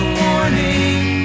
warning